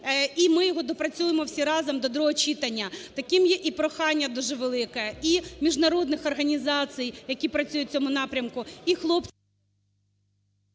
і ми його доопрацюємо всі разом до другого читання. Таким є і прохання дуже велике і міжнародних організацій, які працюють в цьому напрямку, і хлопців…